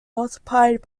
multiplied